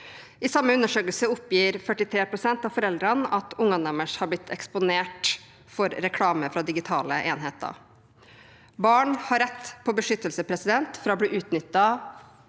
I samme undersøkelse oppgir 43 pst. av foreldrene at ungene deres har blitt eksponert for reklame på digitale enheter. Barn har rett til beskyttelse fra å bli utnyttet